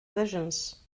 visions